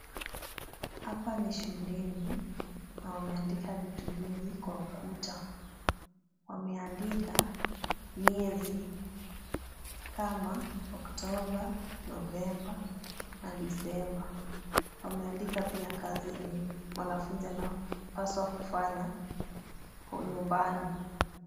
Hapa ni shuleni na wameandika viti vingi kwa ukuta. Wameandika miezi kama oktoba, novemba na desemba. Wameandika pia kazi yenye mwanafunzi anapaswa kufanya nyumbani.